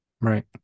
Right